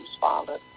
Father